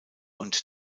und